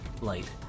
light